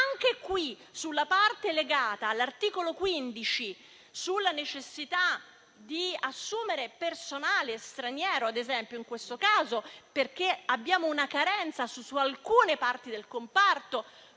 Anche sulla parte legata all'articolo 15, quanto alla necessità di assumere personale straniero, ad esempio, perché abbiamo una carenza in alcune aree del comparto,